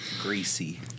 Greasy